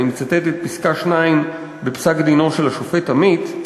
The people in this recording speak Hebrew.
אני מצטט את פסקה 2 בפסק-דינו של השופט עמית: